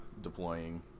deploying